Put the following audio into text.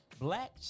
Black